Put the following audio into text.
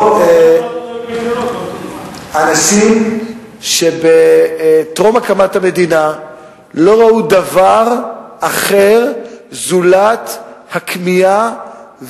אנשים שבטרום הקמת המדינה לא ראו דבר אחר זולת הכמיהה